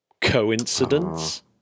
coincidence